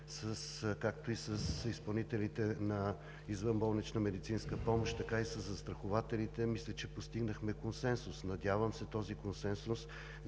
както с изпълнителите на извънболничната медицинска помощ, така и със застрахователите. Мисля, че постигнахме консенсус. Надявам се този консенсус